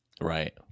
Right